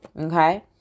okay